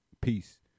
peace